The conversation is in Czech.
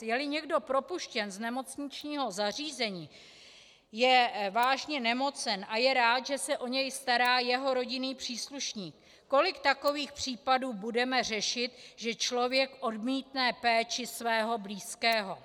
Jeli někdo propuštěn z nemocničního zařízení, je vážně nemocen a je rád, že se o něj stará jeho rodinný příslušník, kolik takových případů budeme řešit, že člověk odmítne péči svého blízkého?